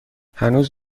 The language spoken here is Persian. هنوز